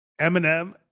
Eminem